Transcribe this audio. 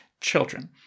children